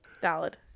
Valid